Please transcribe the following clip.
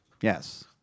Yes